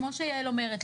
כמו שיעל אומרת,